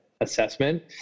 assessment